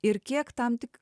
ir kiek tam tik